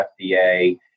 FDA